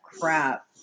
crap